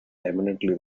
eminently